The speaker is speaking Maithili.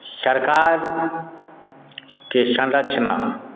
सरकारके संरचना